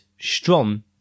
strong